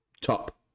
top